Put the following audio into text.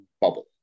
bubble